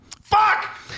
Fuck